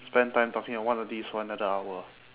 spend time talking at one of these for another hour